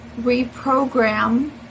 reprogram